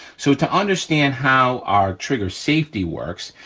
so to understand how our trigger safety works,